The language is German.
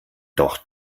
doch